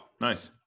nice